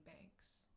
Banks